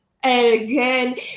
again